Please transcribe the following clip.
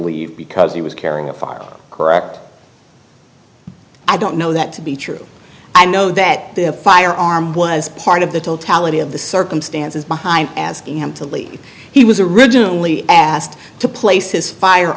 leave because he was carrying a firearm correct i don't know that to be true i know that the firearm was part of the totality of the circumstances behind asking him to leave he was originally asked to place his fire